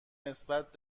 نسبت